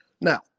Now